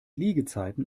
liegezeiten